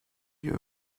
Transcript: you